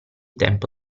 tempo